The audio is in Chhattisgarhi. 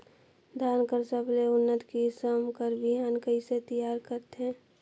धान कर सबले उन्नत किसम कर बिहान कइसे तियार करथे?